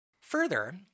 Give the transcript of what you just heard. Further